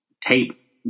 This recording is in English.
tape